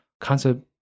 concept